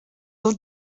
your